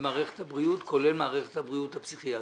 במערכת הבריאות, כולל מערכת הבריאות הפסיכיאטרית.